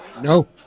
No